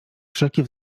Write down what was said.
wszelkie